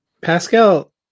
Pascal